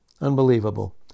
unbelievable